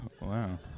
Wow